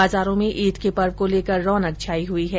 बाजारों में ईद के पर्व को लेकर रौनक छाई हुई है